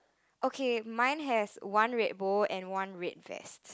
okay mine has one red bowl and one red vest